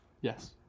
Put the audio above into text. Yes